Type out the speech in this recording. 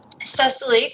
Cecily